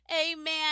Amen